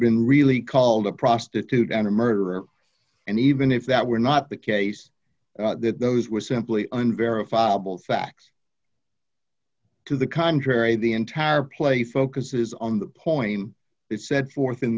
been really called a prostitute and a murderer and even if that were not the case that those were simply and verifiable facts to the contrary the entire place focuses on the point it set forth in